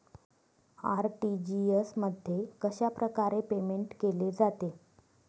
RTGS मध्ये कशाप्रकारे payment केले जाते?